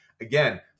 Again